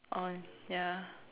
oh yeah